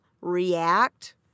react